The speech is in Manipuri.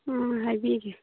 ꯑꯥ ꯍꯥꯏꯕꯤꯒꯦ